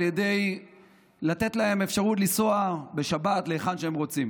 ידי מתן אפשרות לנסוע בשבת להיכן שהם רוצים.